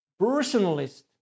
personalist